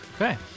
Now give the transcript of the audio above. Okay